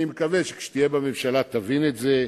אני מקווה שכאשר תהיה בממשלה תבין את זה.